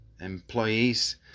employees